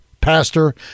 pastor